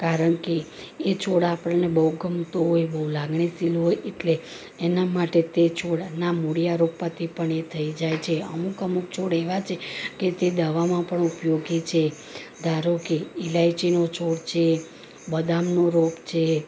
કારણ કે એ છોડ આપણને બહુ ગમતો હોય બહુ લાગણીશીલ હોય એટલે એના માટે તે છોડ આના મૂળીયા રોપવાથી પણ એ થઈ જાય છે અમુક અમુક છોડ એવા છે કે તે દવામાં પણ ઉપયોગી છે ધારો કે ઈલાયચીનો છોડ છે બદામનો રોપ છે